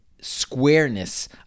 squareness